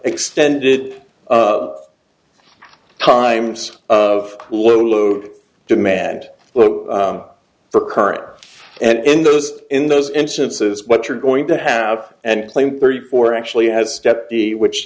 extended times of low low demand for car and in those in those instances what you're going to have and claim thirty four actually has stepped the which